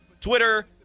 Twitter